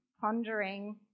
pondering